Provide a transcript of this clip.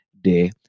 day